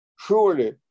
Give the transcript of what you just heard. Surely